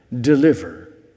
deliver